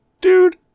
dude